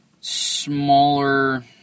smaller